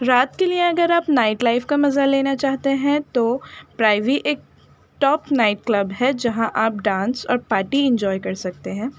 رات کے لیے اگر آپ نائٹ لائف کا مزہ لینا چاہتے ہیں تو پرائیوی ایک ٹاپ نائٹ کلب ہے جہاں آپ ڈانس اور پارٹی انجوائے کر سکتے ہیں